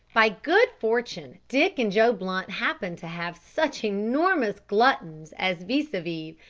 by good fortune dick and joe blunt happened to have such enormous gluttons as vis-a-vis,